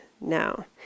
now